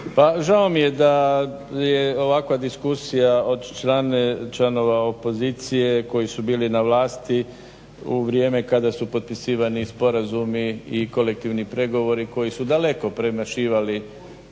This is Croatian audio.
žao mi je da je ovakva diskusija od članova opozicije koji su bili na vlasti u vrijeme kada su potpisivani sporazumi i kolektivni pregovori koji su daleko premašivali